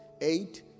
eight